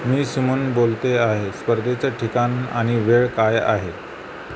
मी सुमन बोलते आहे स्पर्धेचं ठिकाण आणि वेळ काय आहे